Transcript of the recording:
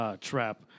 trap